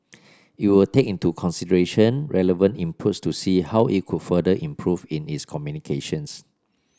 it will take into consideration relevant inputs to see how it could further improve in its communications